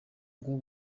ngo